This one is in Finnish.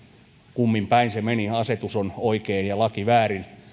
kummin päin se meni asetus on oikein ja laki väärin